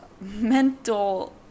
mental